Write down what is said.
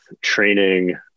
training